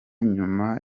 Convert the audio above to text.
nyuma